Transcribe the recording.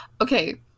Okay